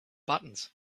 buttons